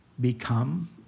become